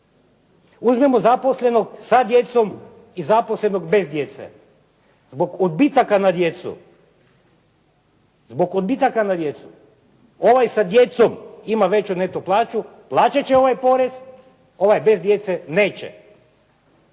Uzmimo zaposlenog sa djecom i zaposlenog bez djece. Zbog odbitaka na djecu ovaj sa djecom ima veću neto plaću, plaćat će ovaj porez a ovaj bez djece neće.